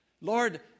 Lord